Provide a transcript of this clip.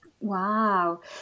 wow